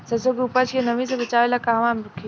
सरसों के उपज के नमी से बचावे ला कहवा रखी?